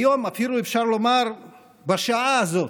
היום, אפילו אפשר לומר שבשעה הזאת,